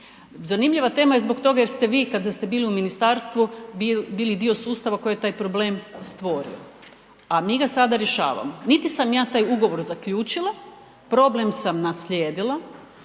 Zanimljiva tema je zbog toga jer ste vi kada ste bili u ministarstvu bili dio sustava koji je taj problem stvorio a mi ga sada rješavamo. Niti sam ja taj ugovor zaključila, problem sam naslijedila.